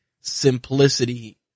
simplicity